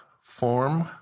form